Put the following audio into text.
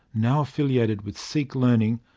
now affiliated with seek learning,